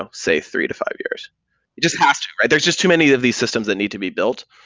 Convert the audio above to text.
um say, three to five years. you just have to. there's just too many of these systems that need to be built.